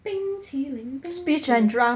冰淇凌冰淇凌